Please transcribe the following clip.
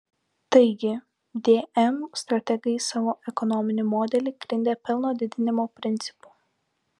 taigi dm strategai savo ekonominį modelį grindė pelno didinimo principu